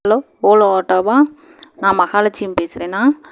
hello Ola ஆட்டோவா நான் மகாலட்சுமி பேசுகிறேன்ணா